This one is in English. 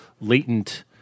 latent